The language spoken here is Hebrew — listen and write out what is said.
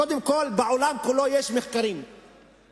קודם כול, בעולם כולו יש מחקרים שמוכיחים,